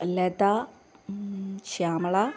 Latha Shyamala